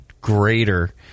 greater